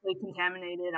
contaminated